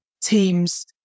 teams